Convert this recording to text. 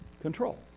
control